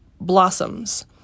blossoms